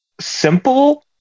simple